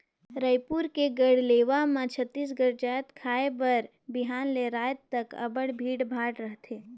रइपुर के गढ़कलेवा म छत्तीसगढ़ जाएत खाए बर बिहान ले राएत तक अब्बड़ भीड़ भाड़ रहथे